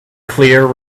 clear